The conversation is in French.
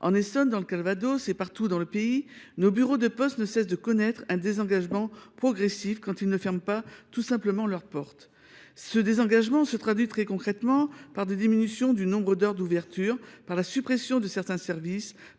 En Essonne, dans le Calvados et partout dans le pays, nos bureaux de poste ne cessent de connaître un désengagement progressif, quand ils ne ferment pas tout simplement leurs portes. Ce désengagement se traduit très concrètement par des diminutions du nombre d’heures d’ouverture, par la suppression de certains services,